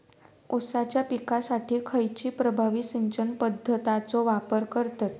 ऊसाच्या पिकासाठी खैयची प्रभावी सिंचन पद्धताचो वापर करतत?